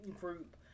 group